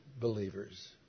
believers